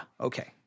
okay